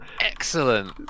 Excellent